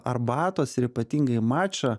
arbatos ir ypatingai mača